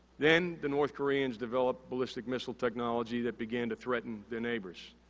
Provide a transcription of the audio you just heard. then the north koreans developed ballistic missile technology that began to threaten their neighbors.